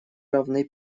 равны